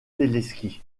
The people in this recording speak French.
téléskis